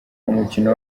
umukino